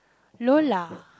Lola